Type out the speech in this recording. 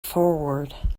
forward